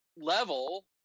level